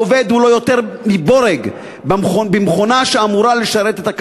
העובד הוא לא יותר מבורג במכונה שאמורה לשרת את הכלכלה.